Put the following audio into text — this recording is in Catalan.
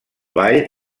ball